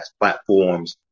platforms